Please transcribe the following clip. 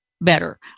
better